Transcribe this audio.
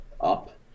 up